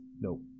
Nope